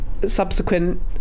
subsequent